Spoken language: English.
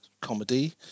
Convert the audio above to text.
comedy